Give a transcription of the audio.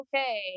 okay